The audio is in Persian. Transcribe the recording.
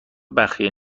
بخیه